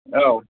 औ